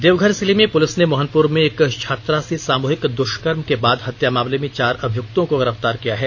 देवघर जिले में पुलिस ने मोहनपुर में एक छात्रा से सामूहिक द्वष्कर्म के बाद हत्या मामले में चार अभियुक्तों को गिरफतार किया है